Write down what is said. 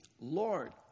Lord